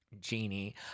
genie